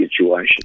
situation